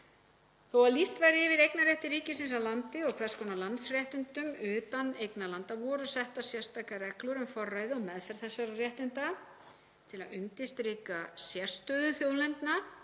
Þó að lýst væri yfir eignarrétti ríkisins að landi og hvers konar landsréttindum utan eignarlanda voru settar sérstakar reglur um forræði og meðferð þessara réttinda til að undirstrika sérstöðu þjóðlendna